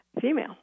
Female